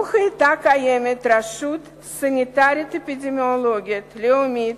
לו היתה קיימת רשות סניטרית אפידמיולוגית לאומית,